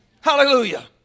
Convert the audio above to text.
Hallelujah